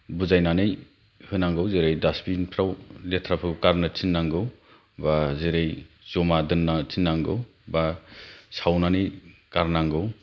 बुजायनानै होनांगौ जेरै दास्तबिनफ्राव लेथ्राखौ गारनो थिन्नाांगौ बा जेरै जमा दोन्नो थिन्नांगौ बा सावनानै गारनांगौ